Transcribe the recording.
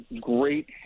great